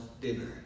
dinner